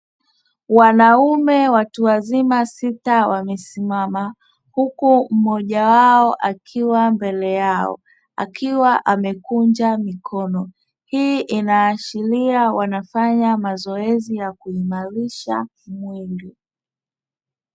Wanaume watu wazima sita wamesimama huku mmoja wao akiwa mbele yao akiwa amekunja mikono, hii inaashiria wanafanya mazoezi ya kuimarisha mwili.